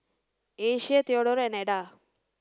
Asia Theadore and Eda